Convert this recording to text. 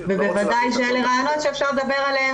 ובוודאי שאלה רעיונות שאפשר לדבר עליהם